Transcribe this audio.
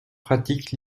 pratique